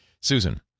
Susan